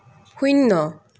শূন্য